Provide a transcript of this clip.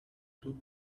two